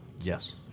Yes